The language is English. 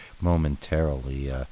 momentarily